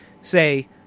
say